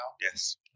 Yes